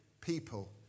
people